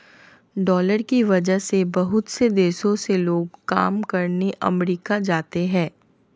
dollar की वजह से बहुत से देशों से लोग काम करने अमरीका जाते हैं